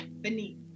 Beneath